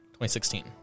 2016